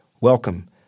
Welcome